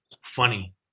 funny